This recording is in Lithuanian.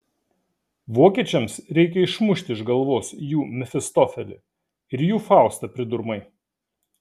vokiečiams reikia išmušti iš galvos jų mefistofelį ir jų faustą pridurmai